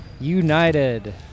United